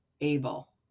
able